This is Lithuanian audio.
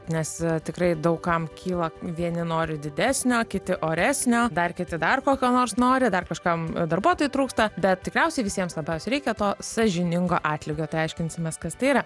nes tikrai daug kam kyla vieni nori didesnio kiti oresnio dar kiti dar kokio nors nori dar kažkam darbuotojų trūksta bet tikriausiai visiems labiausiai reikia to sąžiningo atlygio tai aiškinsimės kas tai yra